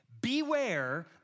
beware